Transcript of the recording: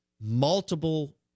multiple